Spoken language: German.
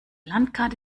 landkarte